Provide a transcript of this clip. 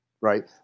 Right